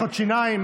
משחות שיניים?